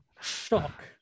shock